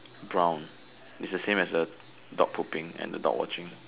brown is the same as the dog pooping and the dog watching